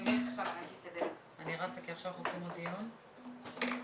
אני רק אומר שזו בדיוק הנקודה שהעלינו